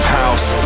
house